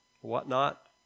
whatnot